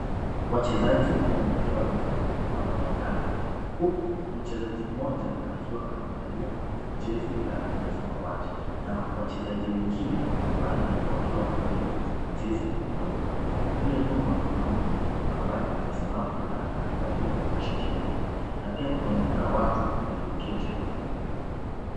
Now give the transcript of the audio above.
Wachezaji wa mpira wa vikapu wanaonekana huku mchezaji mmoja akiwa amevalia jezi la rangi ya samawati na wachezaji wengine wanne wakiwa wamevalia jezi nyeupe. Kule nyuma kuna mtu ambaye amesimama na amevalia shati nyeupe na pia kunaonekana watu walioketi upande huo pia.